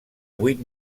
vuit